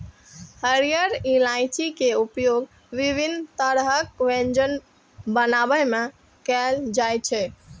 हरियर इलायची के उपयोग विभिन्न तरहक व्यंजन बनाबै मे कैल जाइ छै